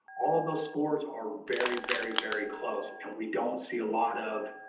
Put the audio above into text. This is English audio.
all of those scores are very, very, very close, and we don't see a lot of